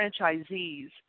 franchisees